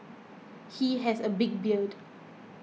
he has a big beard